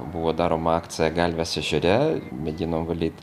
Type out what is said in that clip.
buvo darom akcija galvės ežere mėgino valyt